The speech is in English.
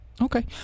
okay